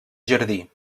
jardí